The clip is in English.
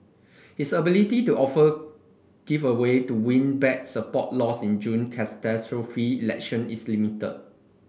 his ability to offer give away to win back support lost in June catastrophic election is limited